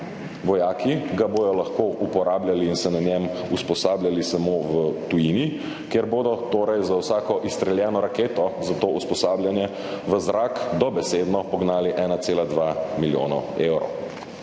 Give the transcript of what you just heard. Vojaki ga bodo lahko uporabljali in se na njem usposabljali samo v tujini, kjer bodo torej za vsako izstreljeno raketo za to usposabljanje v zrak dobesedno pognali 1,2 milijona evrov.